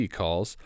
calls